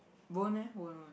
won't eh